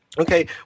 Okay